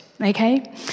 Okay